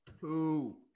two